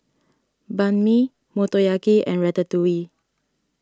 Banh Mi Motoyaki and Ratatouille